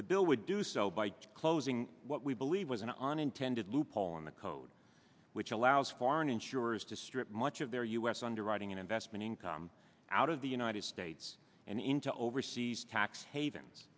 the bill would do so by closing what we believe was an on intended loophole in the code which allows foreign insurers to strip much of their u s underwriting and investment income out of the united states and into overseas tax havens